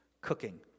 cooking